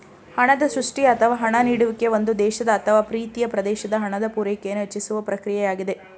ಹಣದ ಸೃಷ್ಟಿಯ ಅಥವಾ ಹಣ ನೀಡುವಿಕೆ ಒಂದು ದೇಶದ ಅಥವಾ ಪ್ರೀತಿಯ ಪ್ರದೇಶದ ಹಣದ ಪೂರೈಕೆಯನ್ನು ಹೆಚ್ಚಿಸುವ ಪ್ರಕ್ರಿಯೆಯಾಗಿದೆ